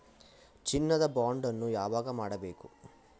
ಚಿನ್ನ ದ ಬಾಂಡ್ ಅನ್ನು ಯಾವಾಗ ಮಾಡಬೇಕು?